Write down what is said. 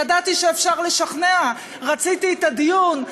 ידעתי שאפשר לשכנע, רציתי את הדיון.